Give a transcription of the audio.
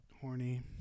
horny